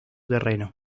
terreno